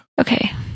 Okay